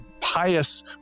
Pious